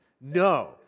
no